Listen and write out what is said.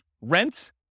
rent